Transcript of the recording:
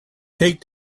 take